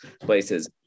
places